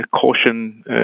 caution